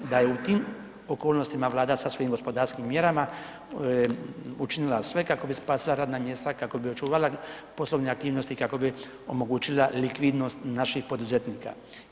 Da je u tim okolnostima Vlada sa svojim gospodarskim mjerama učinila sve kako bi spasila radna mjesta, kako bi očuvala poslovne aktivnosti, kako bi omogućila likvidnost naših poduzetnika.